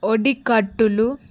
ఒడి కట్టులు